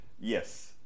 Yes